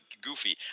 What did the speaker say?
goofy